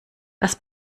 das